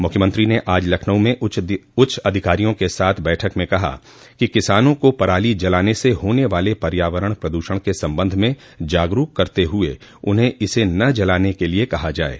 मुख्यमंत्री ने आज लखनऊ में उच्च अधिकारियों के साथ बैठक में कहा कि किसानों को पराली जलाने से होने वाले पर्यावरण प्रद्षण के संबंध में जागरूक करते हुये उन्हें इसे न जलाने के लिए कहा जाये